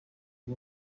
uyu